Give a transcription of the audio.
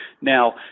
Now